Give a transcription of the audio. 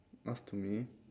off to me